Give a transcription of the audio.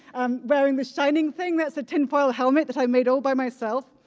um wearing this shining thing, that's a tin foil helmet that i made all by myself.